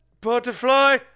Butterfly